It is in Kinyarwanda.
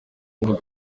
ngo